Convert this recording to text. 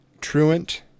truant